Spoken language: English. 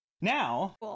Now